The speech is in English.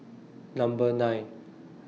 Number nine